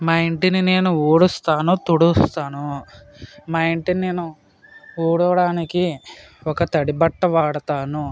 మా ఇంటిని నేను ఊడుస్తాను తుడుస్తాను మా ఇంటిని నేను ఊడవడానికి ఒక తడి బట్ట వాడుతాను